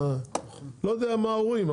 אני לא יודע אם עם ההורים,